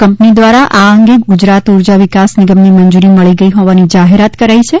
company દ્વારા આ અંગે ગુજરાત ઉર્જા વિકાસ નિગમની મજૂરી મળી ગઈ હોવાની જાહેરાત કરાઇ છે